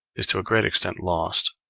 is to a great extent lost.